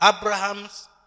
Abraham's